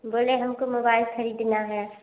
बोलें हमको मोबाइल ख़रीदना है